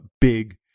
big